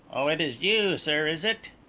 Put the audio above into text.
oh, it is you, sir, is it?